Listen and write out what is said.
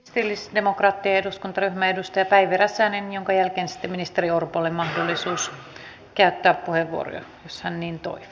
kristillisdemokraattinen eduskuntaryhmä edustaja päivi räsänen jonka jälkeen sitten ministeri orpolle mahdollisuus käyttää puheenvuoro jos hän niin toivoo